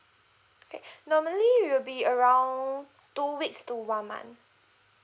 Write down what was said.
okay normally will be around two weeks to one month